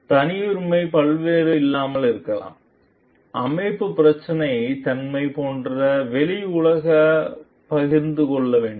தனியுரிமை பல்வேறு இல்லாமல் அமைப்பு பிரச்சனை தன்மை போன்ற வெளி உலக பகிர்ந்து கொள்ள வேண்டும்